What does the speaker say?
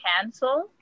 cancel